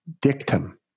dictum